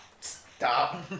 Stop